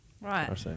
Right